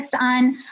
on